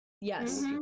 yes